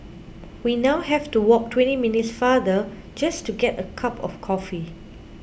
we now have to walk twenty minutes farther just to get a cup of coffee